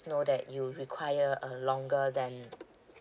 know that you require a longer than